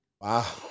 Wow